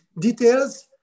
details